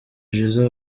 jizzo